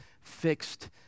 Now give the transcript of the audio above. fixed